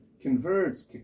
converts